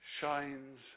shines